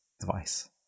device